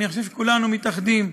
אני חושב שכולנו מתאחדים,